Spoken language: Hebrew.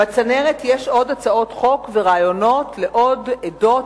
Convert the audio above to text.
בצנרת יש עוד הצעות חוק ורעיונות לעוד עדות,